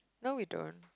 no we don't